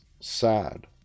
sad